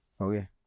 Okay